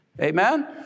Amen